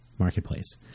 marketplace